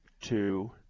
two